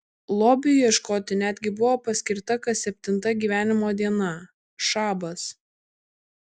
lobiui ieškoti netgi buvo paskirta kas septinta gyvenimo diena šabas